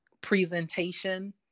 presentation